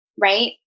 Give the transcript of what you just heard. right